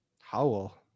Howell